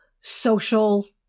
social